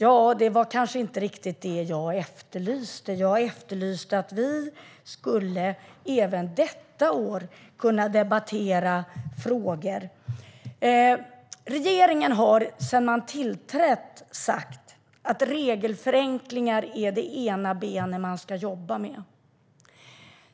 Ja, det var kanske inte riktigt det som jag efterlyste. Jag efterlyste att vi även detta år skulle kunna debattera dessa frågor. Sedan regeringen tillträdde har man sagt att regelförenklingar är det ena benet som man ska jobba med.